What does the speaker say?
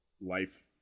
life